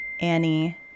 Annie